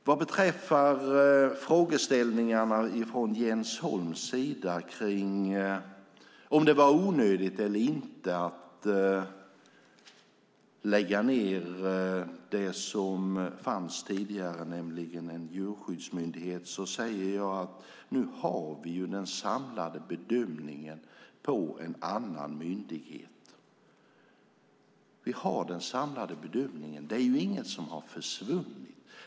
Vad beträffar Jens Holms frågor om huruvida det var onödigt eller inte att lägga ned den djurskyddsmyndighet som fanns tidigare säger jag att vi nu har den samlade bedömningen på en annan myndighet. Bedömningen är samlad. Det är inget som har försvunnit.